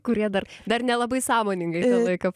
kurie dar dar nelabai sąmoningai tą laiką